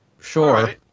Sure